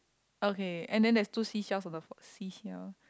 okay and then there is two sea shells on the floor sea shells